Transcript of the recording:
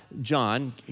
John